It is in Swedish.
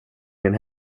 min